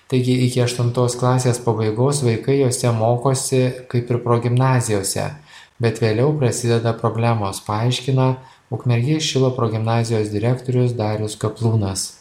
taigi iki aštuntos klasės pabaigos vaikai jose mokosi kaip ir progimnazijose bet vėliau prasideda problemos paaiškino ukmergės šilo progimnazijos direktorius darius kaplūnas